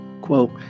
Quote